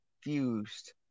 fused